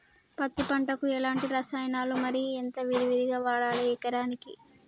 పత్తి పంటకు ఎలాంటి రసాయనాలు మరి ఎంత విరివిగా వాడాలి ఎకరాకి?